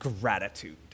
gratitude